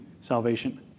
salvation